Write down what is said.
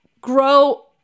grow